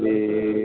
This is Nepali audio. ए